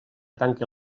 tanque